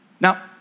Now